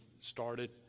started